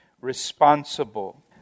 responsible